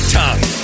tongue